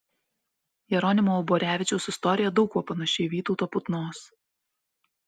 jeronimo uborevičiaus istorija daug kuo panaši į vytauto putnos